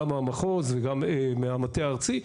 גם מהמחוז וגם מהמטה הארצי,